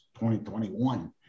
2021